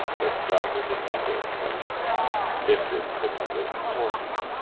but some with a number of plates lifted from other sources.